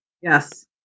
Yes